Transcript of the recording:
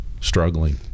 struggling